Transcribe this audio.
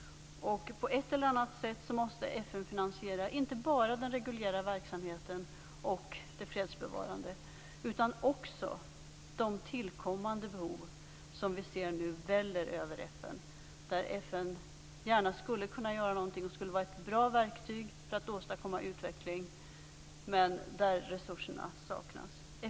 På ett eller annat sätt måste FN finansiera inte bara den reguljära verksamheten och den fredsbevarande utan också de tillkommande behov som vi ser väller över FN. Där skulle FN gärna kunna göra någonting och skulle vara ett bra verktyg för att åstadkomma utveckling, men där saknas resurserna.